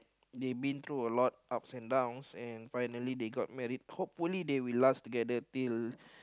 they been through a lot ups and downs and finally they got married hopefully they will last together till